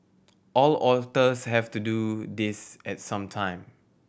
all otters have to do this at some time